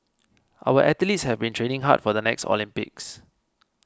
our athletes have been training hard for the next Olympics